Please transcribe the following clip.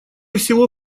всего